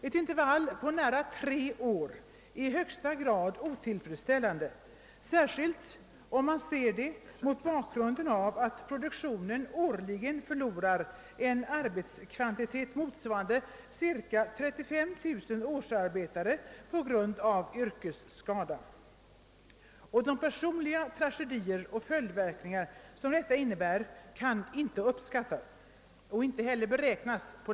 Ett intervall på nära tre år är i högsta grad otillfredsställande, särskilt mot bakgrunden av att produktionen på grund av yrkesskadorna årligen förlorar en arbetskvantitet motsvarande cirka 35 000 årsarbetare. De personliga tragedier och följdverkningar som dessa skador får kan inte beräknas.